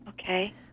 Okay